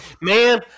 Man